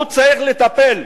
הוא צריך לטפל,